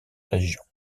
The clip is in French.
région